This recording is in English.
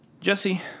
Jesse